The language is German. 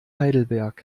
heidelberg